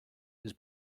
his